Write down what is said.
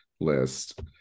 list